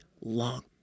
long